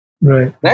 Right